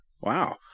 wow